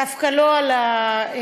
דווקא לא על הקשישים,